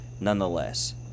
nonetheless